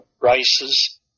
races